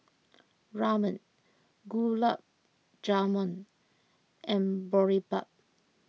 Ramen Gulab Jamun and Boribap